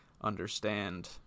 understand